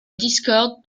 discorde